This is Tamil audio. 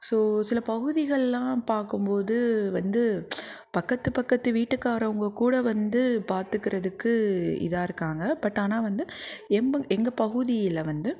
ஸோ சில பகுதிகள்லாம் பார்க்கும்போது வந்து பக்கத்து பக்கத்து வீட்டுக்காரவங்கள் கூட வந்து பார்த்துக்குறதுக்கு இதாக இருக்காங்கள் பட் ஆனால் வந்து எம்பங் எங்கள் பகுதியில் வந்து